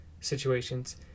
situations